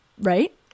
Right